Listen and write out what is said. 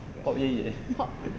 pop yeh yeh